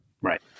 Right